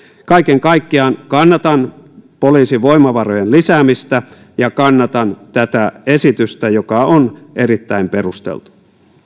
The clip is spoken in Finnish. kaiken kaikkiaan kannatan poliisin voimavarojen lisäämistä ja kannatan tätä esitystä joka on erittäin perusteltu